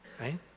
right